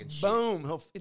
Boom